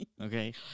Okay